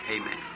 Amen